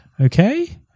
okay